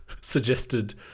suggested